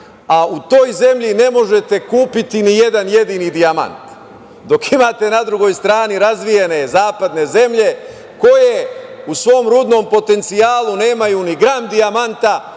a u toj zemlji ne možete kupiti ni jedan jedini dijamant, dok imate na drugoj strani razvijene zapadne zemlje koje u svom rudnom potencijalu nemaju ni gram dijamanta,